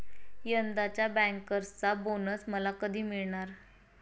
यंदाच्या बँकर्सचा बोनस मला कधी मिळणार?